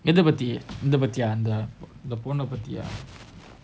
எதைபத்திஇதைபத்தியாஇந்தபொண்ணபத்தியா:edhai pathi idhai pathiya indha ponna pathiya